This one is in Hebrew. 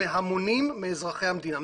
או מהמונים מאזרחי המדינה,